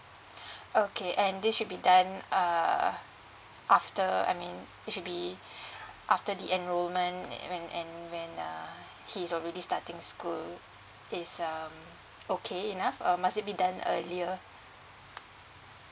okay and this should be done err after I mean it should be after the enrolment I mean and when uh he is already starting school is um okay enough or must it be done earlier